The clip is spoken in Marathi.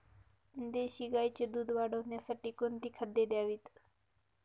देशी गाईचे दूध वाढवण्यासाठी कोणती खाद्ये द्यावीत?